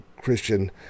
Christian